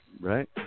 right